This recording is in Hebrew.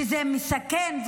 שזה מסכן,